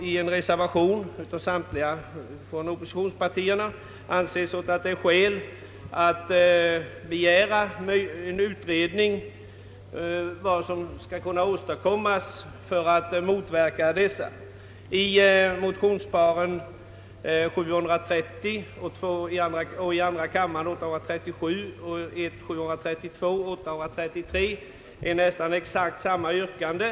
I en reservation, som undertecknats av representanter för alla oppositionspartierna, har uttalats att riksdagen borde .hos Kungl. Maj:t hemställa om utredning om vad som skall kunna åstadkommas för att motverka företagsnedläggningar. I motionsparen 1:730 och II: 837 samt 1: 732 och II: 833 finns nästan exakt samma yrkande.